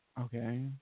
okay